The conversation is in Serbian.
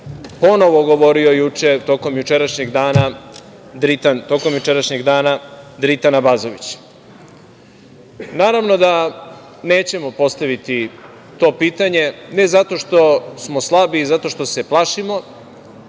ponovo govorio juče, tokom jučerašnjeg dana, Dritan Abazović. Naravno da nećemo postaviti to pitanje, ne zato što smo slabi i zato što se plašimo,